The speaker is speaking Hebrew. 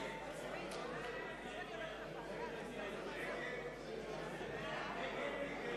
נא לשבת.